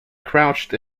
crouched